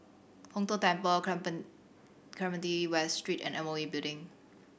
Hong Tho Temple Clementi West Street and M O E Building